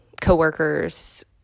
coworkers